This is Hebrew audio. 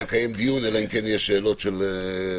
דיון אלא אם כן יש שאלות של חברים.